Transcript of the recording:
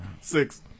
Six